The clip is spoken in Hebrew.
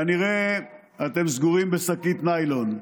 כנראה אתם סגורים בשקית ניילון.